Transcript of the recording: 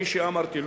כפי שאמרתי,